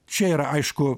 čia ir aišku